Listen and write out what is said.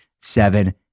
seven